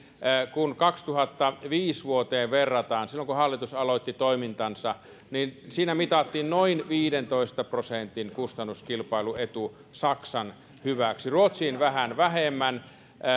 kun kaksituhattaviisi vuoteen verrataan silloin kun hallitus aloitti toimintansa niin siinä mitattiin noin viidentoista prosentin kustannuskilpailuetu saksan hyväksi ruotsiin vähän vähemmän